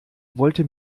wollte